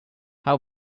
how